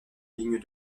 ligne